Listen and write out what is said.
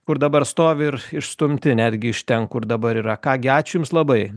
kur dabar stovi ir išstumti netgi iš ten kur dabar yra ką gi ačiū jums labai